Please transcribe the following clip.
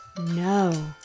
No